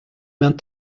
mains